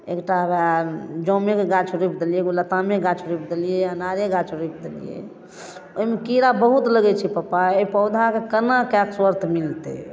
एकटा वा जामुने के गाछ रोपि देलियै लतामे के गाछ रोपि देलियै अनारे गाछ रोपि देलियै एहिमे कीड़ा बहुत लगै छै पप्पा